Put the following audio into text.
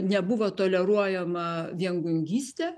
nebuvo toleruojama viengungystė